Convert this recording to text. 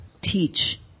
teach